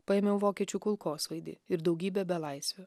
paėmiau vokiečių kulkosvaidį ir daugybę belaisvių